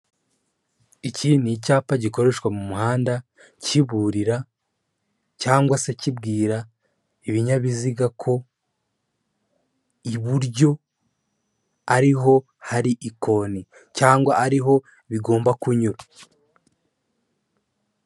Iki ni icyapa gikoreshwa mu muhanda kiburira cyangwa se kibwira ibinyabiziga ko iburyo ariho hari ikoni cyangwa ariho bigomba kunyura.